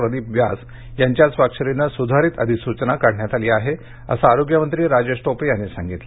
प्रदीप व्यास यांच्या स्वाक्षरीनं सुधारित अधिसुचना काढण्यात आली आहे असं आरोग्यमंत्री राजेश टोपे यांनी सांगितलं